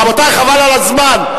רבותי, חבל על הזמן.